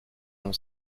mon